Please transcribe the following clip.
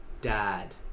dad